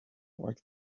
work